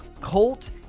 Colt